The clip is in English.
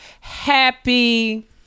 happy